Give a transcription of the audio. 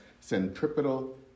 centripetal